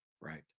right